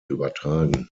übertragen